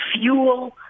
fuel